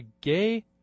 gay